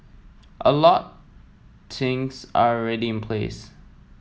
a lot things are already in place